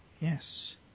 Yes